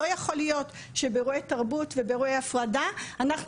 לא יכול להיות שבאירועי תרבות ובאירועי הפרדה אנחנו